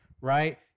right